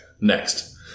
next